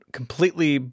completely